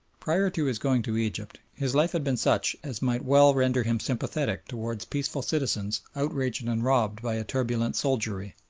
prior to his going to egypt his life had been such as might well render him sympathetic towards peaceful citizens outraged and robbed by a turbulent soldiery.